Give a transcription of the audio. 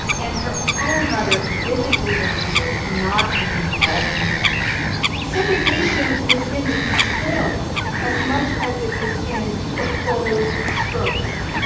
and her own mother vividly remembered not being called miss segregation was in the details as much as it was in the bold strokes.